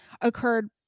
occurred